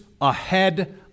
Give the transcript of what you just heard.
ahead